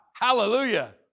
Hallelujah